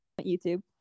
YouTube